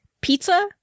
pizza